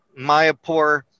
Mayapur